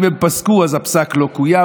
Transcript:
אם הם פסקו אז הפסק לא קוים,